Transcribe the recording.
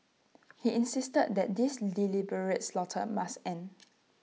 he insisted that this deliberate slaughter must end